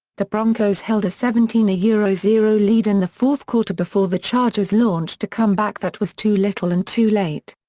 the broncos held a seventeen yeah zero zero lead in the fourth quarter before the chargers launched a comeback that was too little and too late.